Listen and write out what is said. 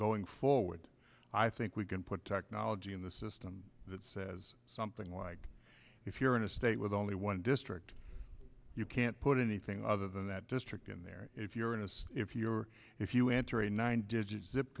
going forward i think we can put technology in the system that says something like if you're in a state with only one district you can't put anything other than that district in there if you're honest if you're if you enter a nine